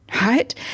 right